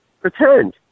pretend